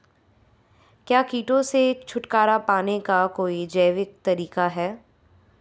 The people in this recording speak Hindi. क्या कीटों से छुटकारा पाने का कोई जैविक तरीका है?